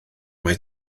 mae